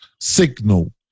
signal